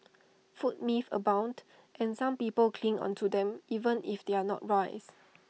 food myths abound and some people cling onto them even if they are not wise